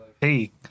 Hey